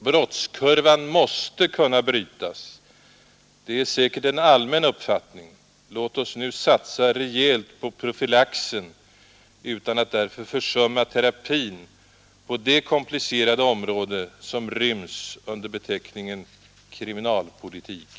Brottskurvan måste kunna brytas, det är säkert en allmän uppfattning. Låt oss nu satsa rejält på profylaxen utan att därför försumma terapin på det komplicerade område som ryms under beteckningen kriminalpolitik.